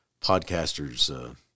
podcasters